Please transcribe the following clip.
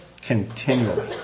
continually